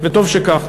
וטוב שכך.